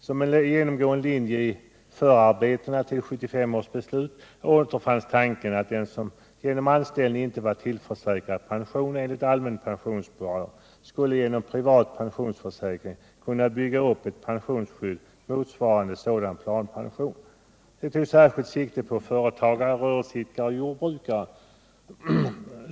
Som en genomgående linje i förarbetena till 1975 års beslut återfanns tanken att den som genom anställning inte var tillförsäkrad pension enligt allmän pensionsplan skulle genom privat pensionsförsäkring kunna bygga upp ett pensionsskydd, motsvarande sådan s.k. ”planpension”. Detta tog särskilt sikte på egna företagare, rörelseidkare och jordbrukare.